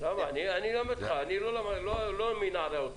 אני לא מנערי האוצר,